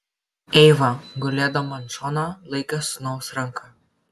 eiva gulėdama ant šono laikė sūnaus ranką